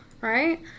right